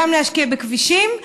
גם להשקיע בכבישים,